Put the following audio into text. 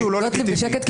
גוטליב בשקט,